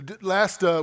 Last